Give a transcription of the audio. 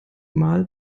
mal